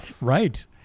Right